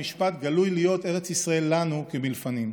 משפט גלוי להיות ארץ ישראל לנו כמלפנים."